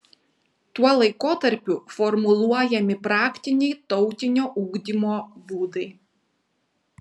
tuo laikotarpiu formuluojami praktiniai tautinio ugdymo būdai